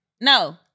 No